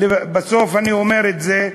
בסוף אני אומר את זה.